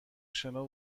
شنا